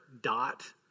dot